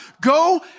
Go